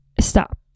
stop